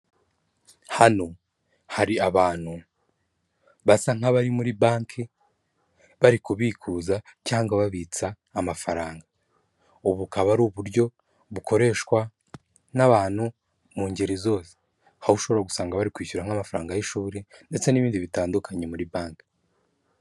Hano hari abantu basa nk'abari muri banki bari kubikuza cyangwa babitsa amafaranga. Ubu bukaba ari uburyo bukoreshwa n'abantu mu ngeri zose, aho ushobora gusanga bari kwishyura nk'amafaranga y'ishuri ndetse n'ibindi bitandukanye muri banki.